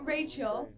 Rachel